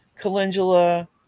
calendula